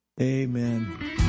Amen